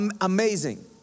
Amazing